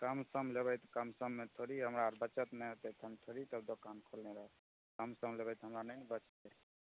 कम सम लेबै तऽ कम सममे थोड़े हमरा बचत नहि होयतै तऽ हम थोड़ही दोकान खोलने रहब कम सम लेबै तऽ हमरा नहि ने बचतै